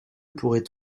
pourrait